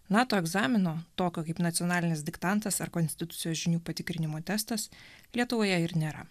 nato egzamino tokio kaip nacionalinis diktantas ar konstitucijos žinių patikrinimo testas lietuvoje ir nėra